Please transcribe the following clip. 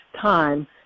time